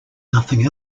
nothing